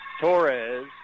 Torres